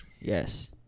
Yes